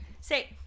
Say